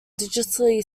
digitally